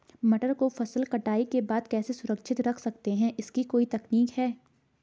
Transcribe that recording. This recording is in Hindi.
मटर को फसल कटाई के बाद कैसे सुरक्षित रख सकते हैं इसकी कोई तकनीक है?